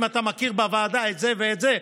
אם אתה מכיר בוועדה את זה ואת זה,